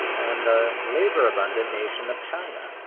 and the labor abundant nation of china.